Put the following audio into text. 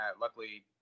luckily